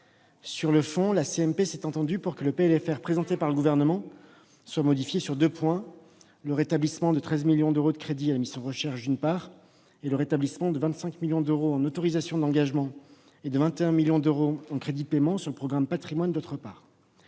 que le projet de loi de finances rectificative présenté par le Gouvernement soit modifié sur deux points : le rétablissement de 13 millions d'euros de crédits de la mission « Recherche », d'une part, et le rétablissement de 25 millions d'euros en autorisations d'engagement et de 21 millions d'euros en crédits de paiement sur le programme « Patrimoines ».